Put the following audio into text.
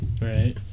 Right